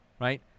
right